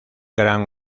gran